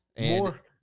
More